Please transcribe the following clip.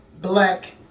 black